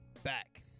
back